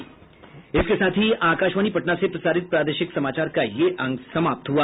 इसके साथ ही आकाशवाणी पटना से प्रसारित प्रादेशिक समाचार का ये अंक समाप्त हुआ